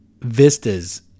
vistas